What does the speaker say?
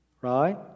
right